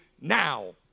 now